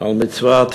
על מצוות